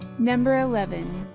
number eleven.